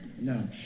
No